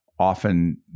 Often